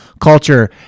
culture